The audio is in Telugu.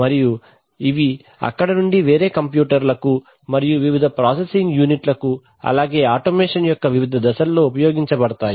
మరియు ఇవి అక్కడి నుండి వేరే కంప్యూటర్లకు మరియు వివిధ ప్రాసెసింగ్ యూనిట్ లకు అలాగే ఆటోమేషన్ యొక్క వివిధ దశల్లో ఉపయోగించబడతాయి